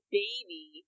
baby